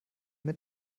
mit